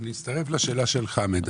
אני מצטרף לשאלה של חמד.